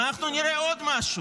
אבל אנחנו נראה עוד משהו: